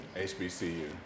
HBCU